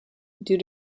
due